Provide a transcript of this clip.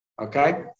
Okay